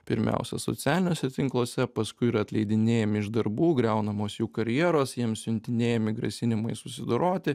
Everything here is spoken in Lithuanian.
pirmiausia socialiniuose tinkluose paskui yra atleidinėjami iš darbų griaunamos jų karjeros jiems siuntinėjami grasinimai susidoroti